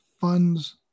funds